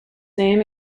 name